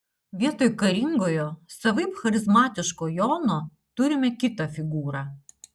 vietoj karingojo savaip charizmatiško jono turime kitą figūrą